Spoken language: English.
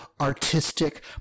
artistic